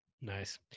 nice